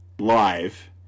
live